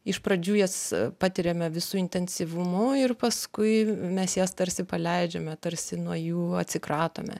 iš pradžių jas patiriame visu intensyvumu ir paskui mes jas tarsi paleidžiame tarsi nuo jų atsikratome